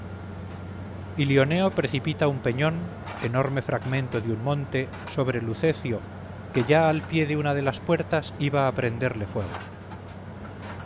encendidas ilioneo precipita un peñón enorme fragmento de un monte sobre lucecio que ya al pie de una de las puertas iba a prenderle fuego